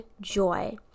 joy